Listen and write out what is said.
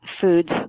foods